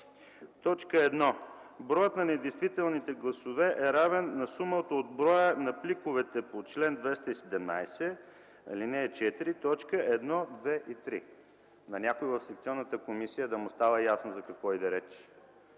т. 1 - броят на недействителните гласове е равен на сумата от броя на пликове по чл. 217, ал. 4, точки 1, 2 и 3. На някого в секционната комисия да му става ясно за какво иде реч?